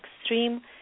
extreme